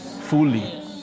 fully